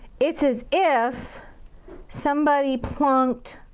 it's as if somebody plunked